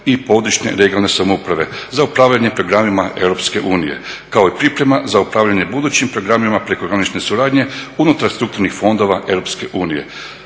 i područne regionalne samouprave za upravljanje programima EU kao i priprema za upravljanje budućim programima prekogranične suradnje unutar strukturnih fondova EU.